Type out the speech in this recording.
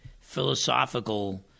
philosophical